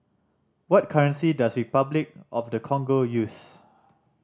what currency does Repuclic of the Congo use